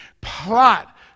plot